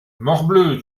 morbleu